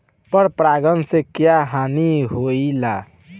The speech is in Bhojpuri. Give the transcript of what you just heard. पर परागण से क्या हानि होईला?